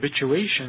habituation